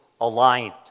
aligned